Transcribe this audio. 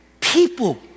people